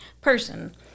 person